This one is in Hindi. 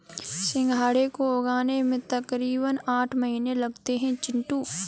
सिंघाड़े को उगने में तकरीबन आठ महीने लगते हैं चिंटू